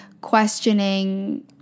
questioning